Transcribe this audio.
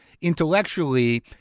intellectually